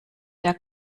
der